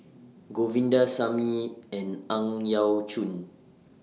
Govindasamy and Ang Yau Choon